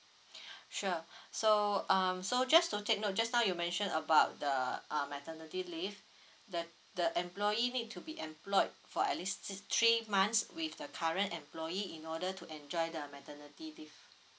sure so um so just to take note just now you mention about the uh maternity leave that the employee need to be employed for at least three months with the current employee in order to enjoy the maternity leave